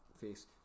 face